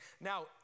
Now